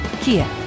Kia